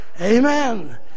Amen